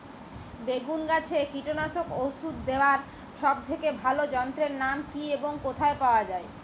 বেগুন গাছে কীটনাশক ওষুধ দেওয়ার সব থেকে ভালো যন্ত্রের নাম কি এবং কোথায় পাওয়া যায়?